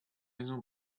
maison